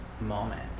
moment